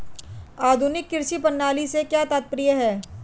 आधुनिक कृषि प्रणाली से क्या तात्पर्य है?